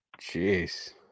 jeez